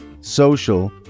social